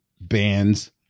bands